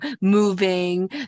moving